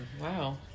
Wow